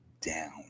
down